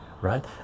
right